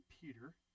Peter